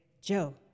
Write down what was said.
Joe